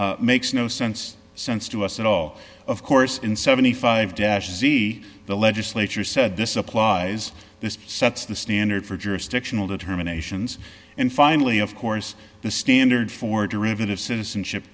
earlier makes no sense sense to us at all of course in seventy five dollars dash z the legislature said this applies this sets the standard for jurisdictional determinations and finally of course the standard for derivative citizenship